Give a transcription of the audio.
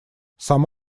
сам